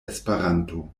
esperanto